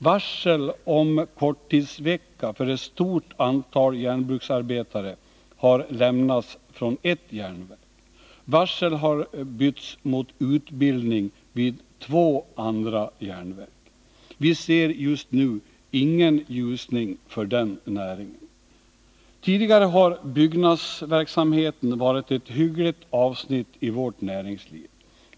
Varsel om korttidsvecka för ett stort antal järnbruksarbetare har lämnats från ett järnverk. Varsel har bytts mot utbildning vid två andra järnverk. Vi ser just nu ingen ljusning för den näringen. Tidigare har byggnadsverksamheten varit ett hyggligt avsnitt i vårt näringsliv.